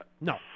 No